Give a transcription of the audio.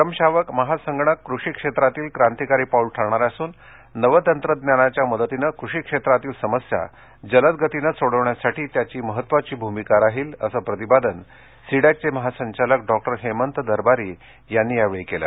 परम शावक महासंगणक कृषी क्षेत्रातील क्रांतिकारी पाऊल ठरणार असून नवतंत्रज्ञानाच्या मदतीने कृषी क्षेत्रातील समस्या जलदगतीने सोडवण्यासाठी त्याची महत्वाची भूमिका राहील असं प्रतिपादन सी डँकचे महासंचालक डॉ हेमंत दरबारी यांनी केले